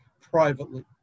privately